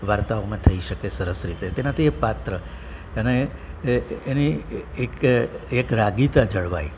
વાર્તાઓમાં થઈ શકે સરસ રીતે તેનાથી એ પાત્ર અને એની એક એકરાગતા જળવાય